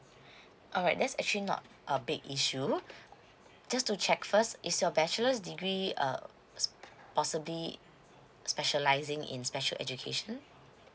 alright that's actually not a big issue just to check first is your bachelor's degree uh s~ possibly specialising in special education